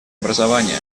образования